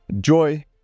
joy